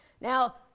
Now